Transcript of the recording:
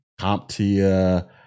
CompTIA